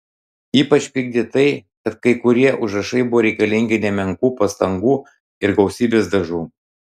ypač pykdė tai kad kai kurie užrašai buvo reikalingi nemenkų pastangų ir gausybės dažų